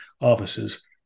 offices